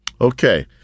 Okay